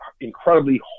incredibly